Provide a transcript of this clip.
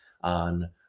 on